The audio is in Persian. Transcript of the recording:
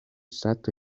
صدتا